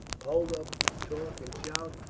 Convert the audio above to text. hold up the torque and shout,